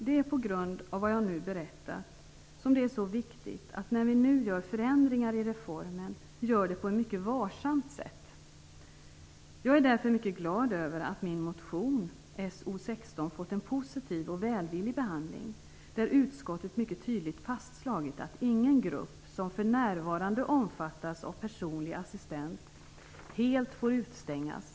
Det är på grund av vad jag nu berättat som det är så viktigt att vi när vi nu gör förändringar i reformen gör det på ett mycket varsamt sätt. Jag är därför mycket glad över att min motion, So16, fått en positiv och välvillig behandling. Utskottet har mycket tydligt fastslagit att ingen grupp som för närvarande omfattas av personlig assistans helt får utestängas.